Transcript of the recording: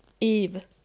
Eve